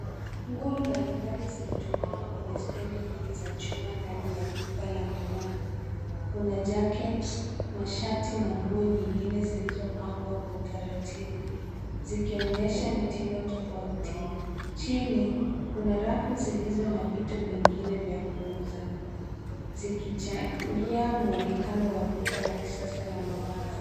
Nguo mbalimbali zimetundikwa kwenye stendi mbili za chuma ndani ya duka la nguo. Kuna jackets , mashati na nguo nyingine zilizopangwa kwa utaratibu, zikionyesha mitindo tofauti. Chini, kuna rafu zilizo na vitu vingine vya kuuza zikichangia muonekano wa duka la kisasa la mavazi.